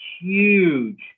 huge